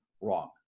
wrong